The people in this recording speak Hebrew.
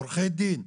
עורכי דין,